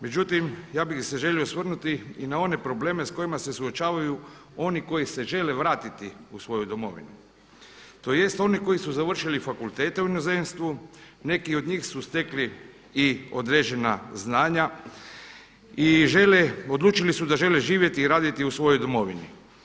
Međutim, ja bih se želio osvrnuti i na one probleme s kojima se suočavaju oni koji se žele vratiti u svoju domovinu, tj. oni koji su završili fakultete u inozemstvu, nei od njih su stekli i određena znanja i žele, odlučili su da žele živjeti i raditi u svojoj domovini.